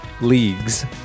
Leagues